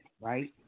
right